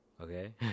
Okay